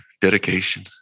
dedication